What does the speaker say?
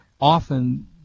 often